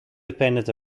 dependent